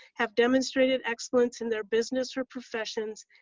have demonstrated excellence in their business or professions,